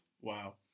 Wow